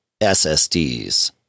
ssds